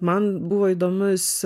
man buvo įdomus